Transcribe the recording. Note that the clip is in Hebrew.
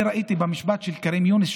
אני ראיתי במשפט של כרים יונס,